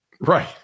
Right